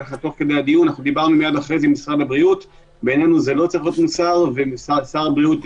כשאנחנו יודעים שבמידתיות אתה לא יורה בבת-אחת בכל התותחים,